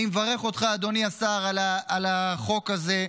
אני מברך אותך, אדוני השר, על החוק הזה.